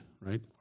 right